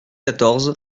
quatorze